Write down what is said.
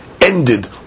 ended